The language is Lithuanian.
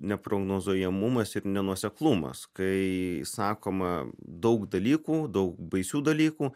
neprognozuojamumas ir nenuoseklumas kai sakoma daug dalykų daug baisių dalykų